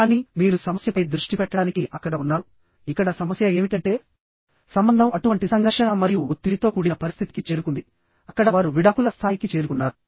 కానీ మీరు సమస్యపై దృష్టి పెట్టడానికి అక్కడ ఉన్నారు ఇక్కడ సమస్య ఏమిటంటే సంబంధం అటువంటి సంఘర్షణ మరియు ఒత్తిడితో కూడిన పరిస్థితికి చేరుకుంది అక్కడ వారు విడాకుల స్థాయికి చేరుకున్నారు